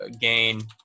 gain